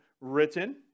written